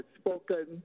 spoken